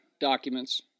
documents